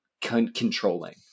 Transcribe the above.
controlling